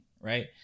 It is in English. right